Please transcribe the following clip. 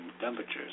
temperatures